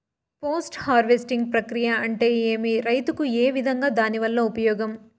Post harvesting ప్రక్రియ అంటే ఏమి? రైతుకు ఏ విధంగా దాని వల్ల ఉపయోగం?